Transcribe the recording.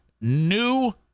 new